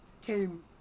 came